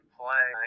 play